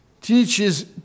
teaches